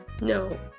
No